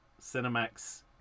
Cinemax